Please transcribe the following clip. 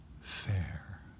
fair